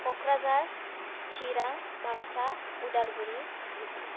Kokrajhar Chirang Baksa Udalguri Dhubri